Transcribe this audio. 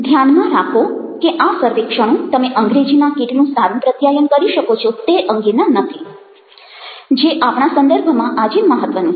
ધ્યાનમાં રાખો કે આ સર્વેક્ષણો તમે અંગ્રેજીમાં કેટલું સારું પ્રત્યાયન કરી શકો છો તે અંગેના નથી જે આપણા સંદર્ભમાં આજે મહત્વનું છે